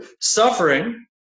Suffering